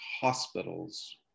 hospitals